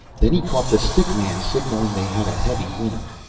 then he caught the stick man signaling they had a heavy winner.